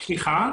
סליחה?